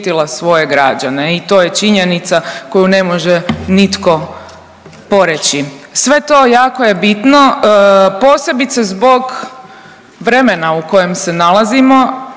svoje građane i to je činjenica koju ne može nitko poreći. Sve to jako je bitno posebice zbog vremena u kojem se nalazimo